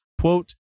quote